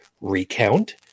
recount